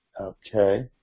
Okay